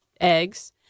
eggs